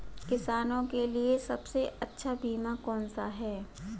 किसानों के लिए सबसे अच्छा बीमा कौन सा है?